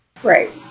Right